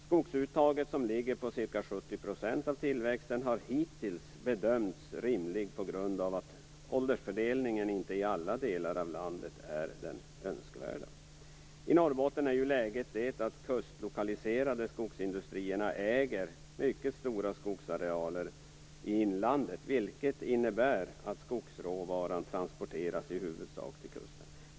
Skogsuttaget, som ligger på ca 70 % av tillväxten, har hittills bedömts som rimligt på grund av att åldersfördelningen inte i alla delar av landet är den önskvärda. I Norrbotten är ju läget att de kustlokaliserade industrierna äger mycket stora skogsarealer i inlandet, vilket innebär att skogsråvaran i huvudsak transporteras till kusten.